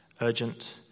urgent